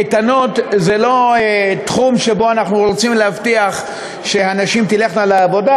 קייטנות זה לא תחום שבו אנחנו רוצים להבטיח שהנשים תלכנה לעבודה,